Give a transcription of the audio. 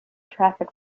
traffic